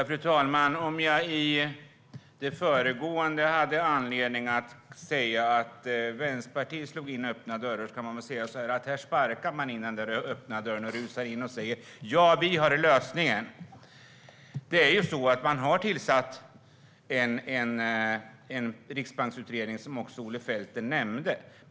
Fru talman! Om jag i föregående inlägg hade anledning att säga att Vänsterpartiet slår in öppna dörrar kan man säga att här sparkar man in öppna dörrar, rusar in och säger: Vi har lösningen. Man har tillsatt en riksbanksutredning som också Olle Felten nämnde.